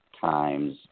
times